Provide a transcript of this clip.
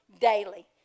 daily